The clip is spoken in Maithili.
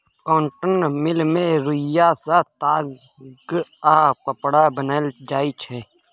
कॉटन मिल मे रुइया सँ ताग आ कपड़ा बनाएल जाइ छै